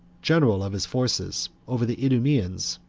general of his forces, over the idumeans,